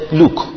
look